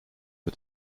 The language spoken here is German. mit